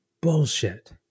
bullshit